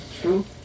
true